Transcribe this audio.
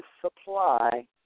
supply